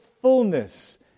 fullness